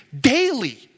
daily